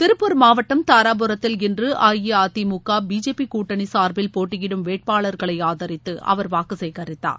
திருப்பூர் மாவட்டம் தாராபுரத்தில் இன்று அஇஅதிமுக பிஜேபி கூட்டணி சார்பில் போட்டியிடும் வேட்பாளர்களை ஆதரித்து அவர் வாக்கு சேகரித்தார்